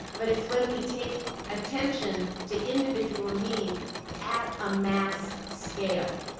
but it is when we take attention to individual needs at a mass scale.